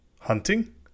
hunting